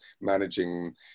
managing